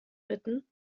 bitten